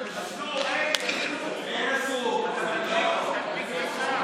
חבריי חברי הכנסת,